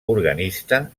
organista